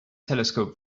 telescope